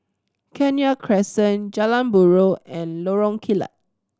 Kenya Crescent Jalan Buroh and Lorong Kilat